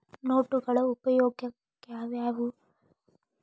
ನೋಟುಗಳ ಉಪಯೋಗಾಳ್ಯಾವ್ಯಾವು?